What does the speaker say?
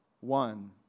one